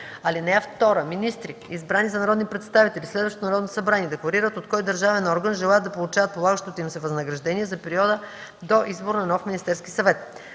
комисии. (2) Министри, избрани за народни представители в следващо Народно събрание, декларират от кой държавен орган желаят да получават полагащото им се възнаграждение за периода до избор на нов Министерски съвет.